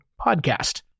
podcast